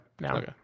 now